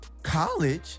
College